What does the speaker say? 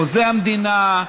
חוזה המדינה,